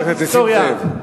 חבר הכנסת נסים זאב.